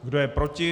Kdo je proti?